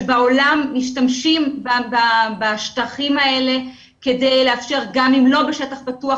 שבעולם משתמשים בשטחים האלה כדי לאפשר גם אם לא בשטח פתוח,